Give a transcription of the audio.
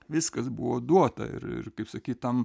viskas buvo duota ir ir kaip sakyt tam